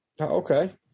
Okay